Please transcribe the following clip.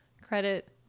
credit